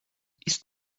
ist